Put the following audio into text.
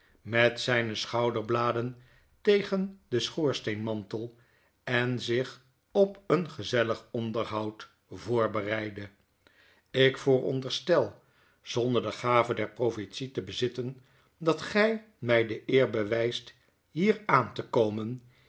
met zijne schouderbladen tegen den schoorsteenmantel en zich op een gezellig onderhoud voorbereidde ik vooronderstel zonder de gave der profetie te bezitten dat gy my de eer bewijst hier aan te komen